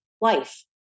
life